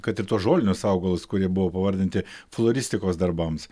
kad ir tuos žolinius augalus kurie buvo pavardinti floristikos darbams